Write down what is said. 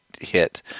hit